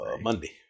Monday